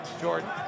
Jordan